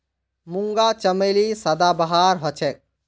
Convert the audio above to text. मूंगा चमेली सदाबहार हछेक